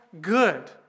good